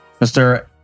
Mr